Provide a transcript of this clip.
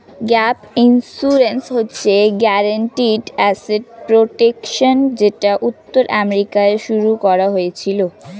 gap insurance হচ্ছে guaranteed asset protection যেটা উত্তর আমেরিকায় শুরু করা হয়েছিল